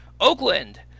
Oakland